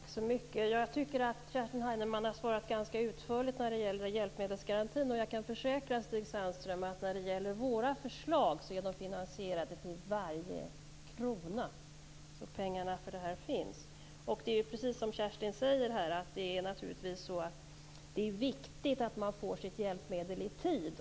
Herr talman! Jag tycker att Kerstin Heinemann har svarat ganska utförligt om hjälpmedelsgarantin. Jag kan försäkra Stig Sandström att våra förslag är finansierade till varje krona - pengarna till det här finns. Precis som Kerstin Heinemann sade är det naturligtvis viktigt att man får sitt hjälpmedel i tid.